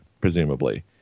presumably